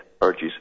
urges